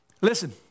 Listen